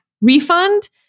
refund